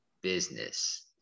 business